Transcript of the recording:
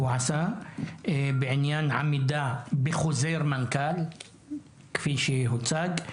עשה בעניין עמידה בחוזר מנכ"ל כפי שהוצג,